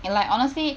and like honestly